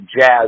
jazz